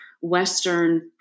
Western